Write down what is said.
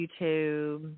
YouTube